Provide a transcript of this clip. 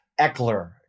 Eckler